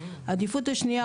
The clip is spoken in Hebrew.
עדיפות שנייה,